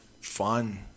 fun